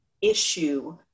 issue